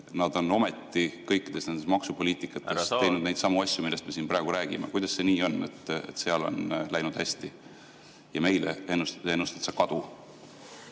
nad on ometi kõikides nendes maksupoliitikates teinud neidsamu asju, millest me siin praegu räägime. Kuidas see nii on, et seal on läinud hästi ja meile ennustad sa kadu?